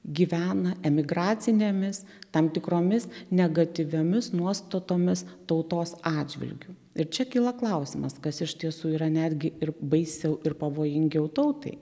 gyvena emigracinėmis tam tikromis negatyviomis nuostatomis tautos atžvilgiu ir čia kyla klausimas kas iš tiesų yra netgi ir baisiau ir pavojingiau tautai